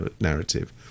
narrative